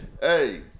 hey